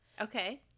Okay